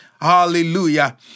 Hallelujah